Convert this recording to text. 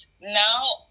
now